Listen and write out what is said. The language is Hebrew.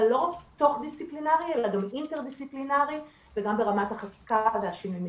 אבל גם אינטר-דיציפלינארי וגם ברמת החקיקה ושינוי המדיניות.